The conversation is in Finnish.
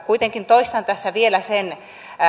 kuitenkin toistan tässä vielä sen